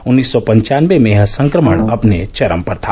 उन्नीस सौ पन्वानबे में यह संक्रमण अपने चरम पर था